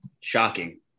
Shocking